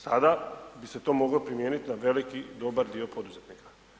Sada bi se to moglo primijeniti na veliki dobar dio poduzetnika.